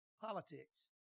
politics